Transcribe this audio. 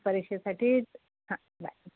परीक्षेसाठी हां बाय